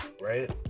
right